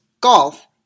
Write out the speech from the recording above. golf